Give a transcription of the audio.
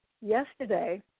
yesterday